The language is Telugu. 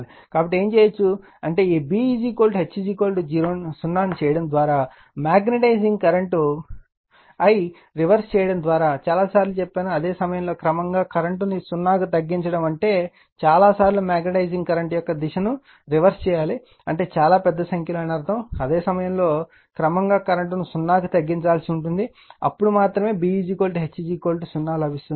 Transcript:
కాబట్టి ఏమి చేయవచ్చు అంటే ఈ B H 0 ను చేయడం ద్వారా మాగ్నెటైజింగ్ కరెంట్ I రివర్స్ చేయడం ద్వారా చాలా సార్లు చెప్పాను అదే సమయంలో క్రమంగా కరెంట్ను సున్నాకి తగ్గించడం అంటే చాలా సార్లు మాగ్నెటైజింగ్ కరెంట్ యొక్క దిశను రివర్స్ చేయాలి అంటే చాలా పెద్ద సంఖ్యలో అని అర్థం అదే సమయంలో క్రమంగా కరెంట్ను సున్నాకి తగ్గించాల్సి ఉంది అప్పుడు మాత్రమే B H 0 లభిస్తుంది